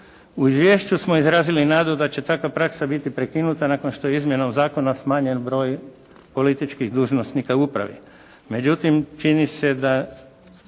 U izvješću smo izrazili nadu da će takva praksa biti prekinuta nakon što je izmjenom zakona smanjen broj političkih dužnosnika u upravi.